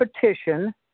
petition